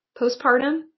postpartum